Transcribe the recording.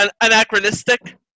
Anachronistic